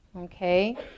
Okay